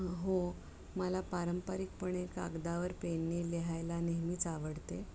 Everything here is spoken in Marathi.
हो मला पारंपारिकपणे कागदावर पेनने लिहायला नेहमीच आवडते